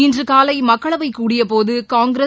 இன்று காலை மக்களவை கூடியபோது காங்கிரஸ்